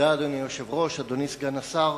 אדוני היושב-ראש, אדוני סגן השר,